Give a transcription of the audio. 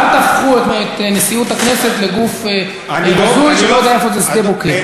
אבל אל תהפכו את נשיאות הכנסת לגוף בזוי שלא יודע איפה זה שדה-בוקר.